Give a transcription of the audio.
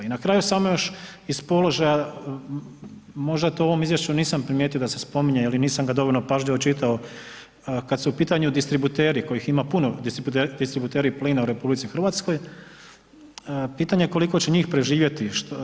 I na kraju samo još iz položaj, možda to u ovom izvješću nisam primijetio da se spominje jel i nisam ga dovoljno pažljivo čitao, kada su u pitanju distributeri kojih ima puno, distributeri plina u RH, pitanje koliko će njih preživjeti.